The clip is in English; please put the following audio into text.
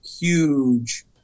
huge